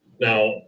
now